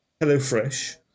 HelloFresh